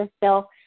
bill